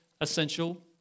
essential